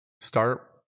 start